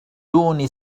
دون